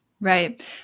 Right